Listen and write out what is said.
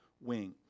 Wing